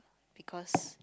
because